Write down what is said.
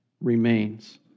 remains